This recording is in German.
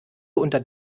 unter